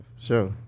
sure